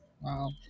Wow